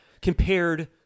compared